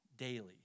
daily